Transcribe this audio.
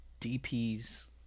DPs